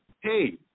hey